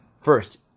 first